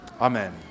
Amen